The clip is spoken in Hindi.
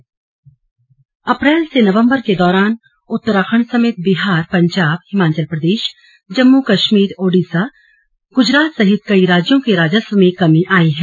जीएसटी समिति अप्रैल से नवम्बर के दौरान उत्तराखंड समेत बिहार पंजाब हिमाचल प्रदेश जम्मे कश्मीर ओडिशा और गुजरात सहित कई राज्यों के राजस्व में कमी आई है